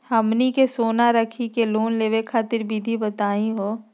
हमनी के सोना रखी के लोन लेवे खातीर विधि बताही हो?